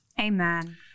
Amen